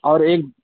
और एक